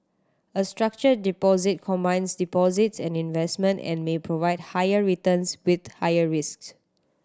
a structured deposit combines deposits and investment and may provide higher returns with higher risks